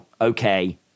okay